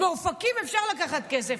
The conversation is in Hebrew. מאופקים אפשר לקחת כסף,